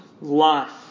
life